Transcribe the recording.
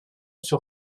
sur